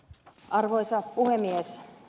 arvoisa puhemies